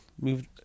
moved